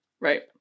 Right